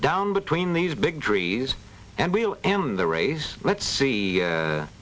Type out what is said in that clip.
down between these big trees and we'll and the race let's see